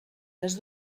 les